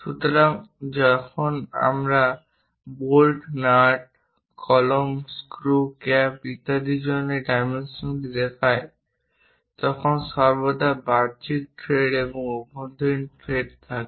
সুতরাং যখন আমরা বোল্ট নাট কলম স্ক্রু ক্যাপ ইত্যাদির জন্য এই ডাইমেনশনগুলি দেখাই তখন সর্বদা বাহ্যিক থ্রেড এবং অভ্যন্তরীণ থ্রেড থাকে